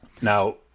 Now